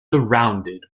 surrounded